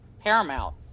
Paramount